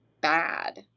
bad